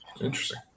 Interesting